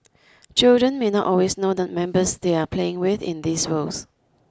children may not always know the members they are playing with in these worlds